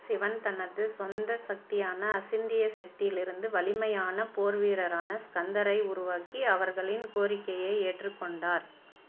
சிவன் தனது சொந்த சக்தியான அசிந்திய சக்தியிலிருந்து வலிமையான போர்வீரரான ஸ்கந்தரை உருவாக்கி அவர்களின் கோரிக்கையை ஏற்றுக்கொண்டார்